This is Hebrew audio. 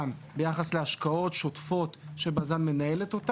לבז"ן ביחס להשקעות שוטפות שבז"ן מנהלת.